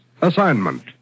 Assignment